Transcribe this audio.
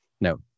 no